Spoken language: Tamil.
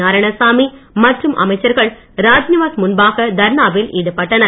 நாராயணசாமி மற்றும் அமைச்சர்கள் ராஜ்நிவாஸ் முன்பாக தர்ணாவில் ஈடுபட்டனர்